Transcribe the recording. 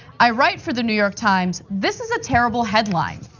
i write for the new york times. this is a terrible headline.